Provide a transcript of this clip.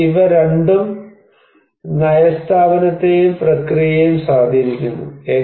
എന്നാൽ ഇവ രണ്ടും നയ സ്ഥാപനത്തെയും പ്രക്രിയയെയും സ്വാധീനിക്കുന്നു